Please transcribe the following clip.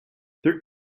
there